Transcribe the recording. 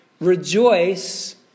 Rejoice